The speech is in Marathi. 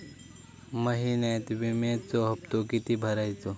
महिन्यात विम्याचो हप्तो किती भरायचो?